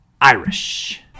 Irish